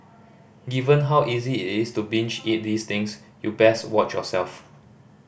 given how easy it is to binge eat these things you best watch yourself